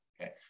okay